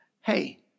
Hey